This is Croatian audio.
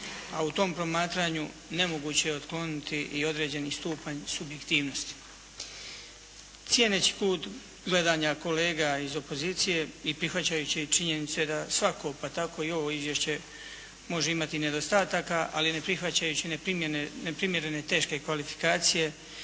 a u tom promatranju nemoguće je ukloniti i određeni stupanj subjektivnosti. Cijeneći kut gledanja kolega iz opozicije i prihvaćajući činjenice da svako, pa tako i ovo izvješće može imati nedostataka. Ali ne prihvaćajući neprimjerene teške kvalifikacije